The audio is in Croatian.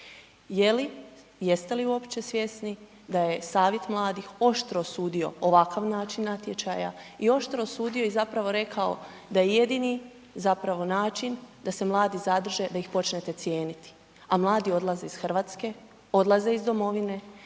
Je li, jeste li uopće svjesni da je Savjet mladih oštro osudio ovakav način natječaja i oštro osudio i zapravo rekao i da je jedini zapravo način da se mladi zadrže da ih počnete cijeniti. A mladi odlaze iz Hrvatske, odlaze iz domovine